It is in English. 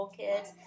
kids